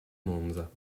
monza